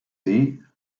sie